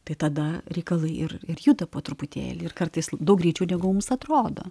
tai tada reikalai ir ir juda po truputėlį ir kartais daug greičiau negu mums atrodo